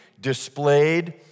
displayed